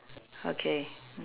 okay